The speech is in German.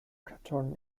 karton